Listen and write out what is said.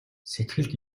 сэтгэлд